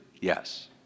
Yes